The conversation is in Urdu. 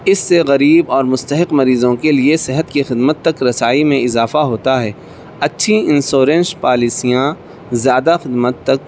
اس سے غریب اور مستحق مریضوں کے لیے صحت کی خدمت تک رسائی میں اضافہ ہوتا ہے اچھی انشورنس پالیسیاں زیادہ خدمت تک